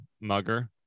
mugger